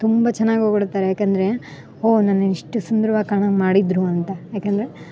ತುಂಬ ಚೆನ್ನಾಗಿ ಹೊಗಳ್ತಾರೆ ಯಾಕಂದರೆ ಓ ನನ್ನ ಎಷ್ಟು ಸುಂದ್ರವಾಗ ಕಾಣೋ ಹಾಗೆ ಮಾಡಿದ್ರು ಅಂತ ಯಾಕಂದರೆ